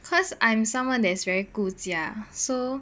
cause I'm someone that is very 顾家 so